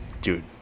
Dude